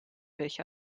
welche